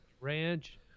Ranch